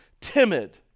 timid